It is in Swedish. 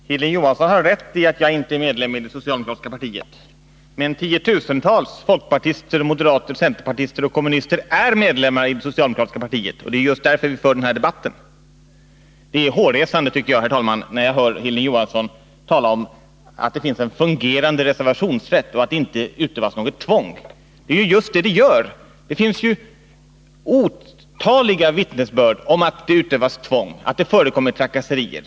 Herr talman! Hilding Johansson har rätt i att jag inte är medlem i det centerpartister och kommunister är medlemmar i det socialdemokratiska partiet, och det är just därför vi för den här debatten. Det är hårresande, tycker jag, när jag hör Hilding Johansson tala om att det finns en fungerande reservationsrätt och att det inte utövas något tvång. Men det finns ju otaliga vittnesbörd om att det utövas tvång, att det förekommer trakasserier.